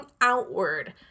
outward